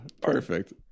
perfect